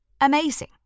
Amazing